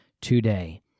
today